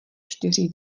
čtyři